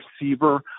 receiver